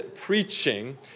preaching